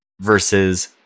versus